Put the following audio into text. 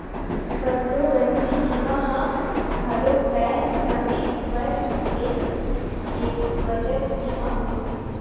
बंदोबस्ती बीमा ह घलोक तय समे बर ले गे बचत बीमा होथे